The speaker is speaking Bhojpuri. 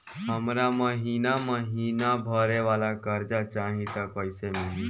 हमरा महिना महीना भरे वाला कर्जा चाही त कईसे मिली?